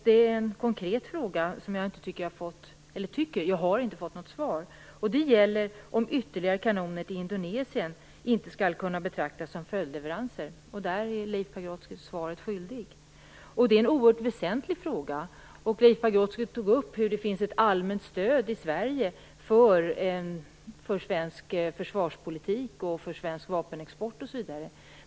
Jag har en konkret fråga som jag inte har fått något svar på. Det gäller om ytterligare kanoner till Indonesien inte skall kunna betraktas som följdleveranser. På den punkten är Leif Pagrotsky svaret skyldig. Det är en oerhört väsentlig fråga. Leif Pagrotsky tog upp att det finns ett allmänt stöd i Sverige för svensk försvarspolitik, svensk vapenexport osv.